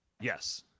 Yes